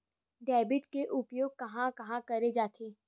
Debit के उपयोग कहां कहा करे जाथे?